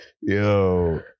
Yo